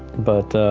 but